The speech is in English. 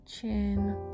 chin